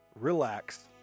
relax